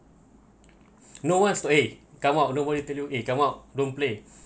no what's to eh come out nobody tell you eh come out don't play